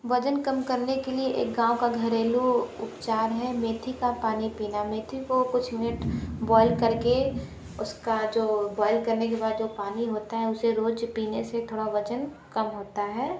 वजन कम करने के लिए एक गाँव का घरेलू उपचार है मेथी का पानी पीना मेथी को कुछ मिनट बॉइल करके उसका जो बॉइल करने के बाद जो पानी होता है उसे रोज पीने से थोड़ा वज़न कम होता है